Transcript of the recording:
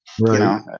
Right